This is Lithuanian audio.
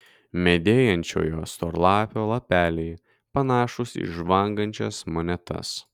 medėjančiojo storlapio lapeliai panašūs į žvangančias monetas